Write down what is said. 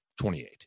28